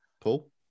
Paul